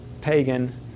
pagan